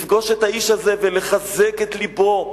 לפגוש את האיש הזה ולחזק את לבו,